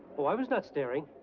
oh, i was not staring!